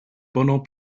pendant